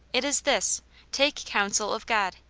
it is this take counsel of god,